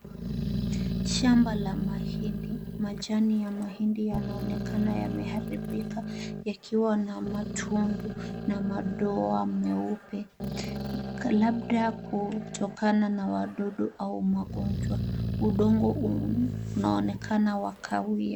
Shamba la mahindi. Majani ya mahindi yanaonekana yameharibika, yakiwa na matundu na madoa meupe, labda kutokana na wadudu au magonjwa. Udongo huu unaonekana wa kahawia.